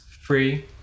free